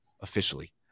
officially